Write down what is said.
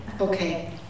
Okay